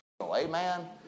Amen